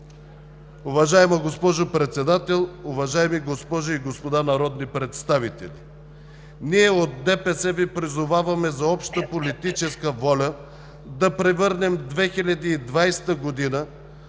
Уважаема госпожо Председател, уважаеми госпожи и господа народни представители! Ние от ДПС Ви призоваваме за обща политическа воля да превърнем 2020 г.